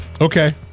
Okay